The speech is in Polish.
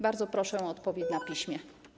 Bardzo proszę o odpowiedź na piśmie.